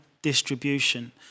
distribution